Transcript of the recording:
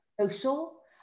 social